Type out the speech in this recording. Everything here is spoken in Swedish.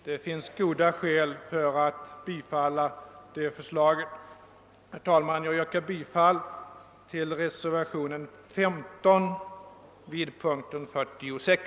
Det finns goda skäl för att bifalla det förslaget. Herr talman! Jag yrkar bifall till reservationen 15 vid punkten 46.